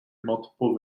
multiple